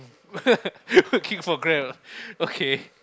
working for Grab ah okay